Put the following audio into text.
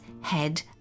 head